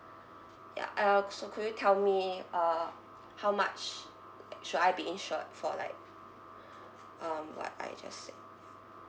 ya uh so could you tell me uh how much should I be insured for like um what I just said